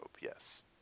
yes